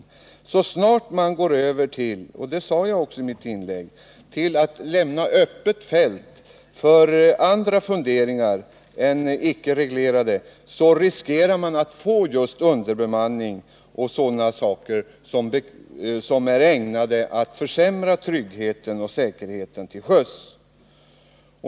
Så snart man går över till — det sade jag också i mitt första inlägg — att lämna öppet fält för andra funderingar än icke-reglerade riskerar man att få just underbemanning och sådana saker som är ägnade att försämra tryggheten och säkerheten till sjöss.